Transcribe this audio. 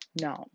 No